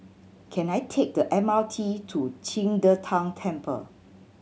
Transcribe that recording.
can I take the M R T to Qing De Tang Temple